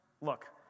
look